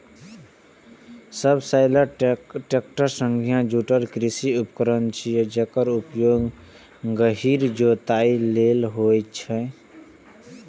subsoiler tractor सं जुड़ल कृषि उपकरण छियै, जेकर उपयोग गहींर जोताइ लेल होइ छै